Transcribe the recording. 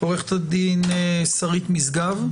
עורכת הדין שרית משגב,